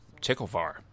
Ticklevar